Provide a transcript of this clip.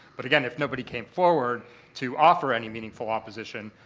but again, if nobody came forward to offer any meaningful opposition,